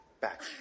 Back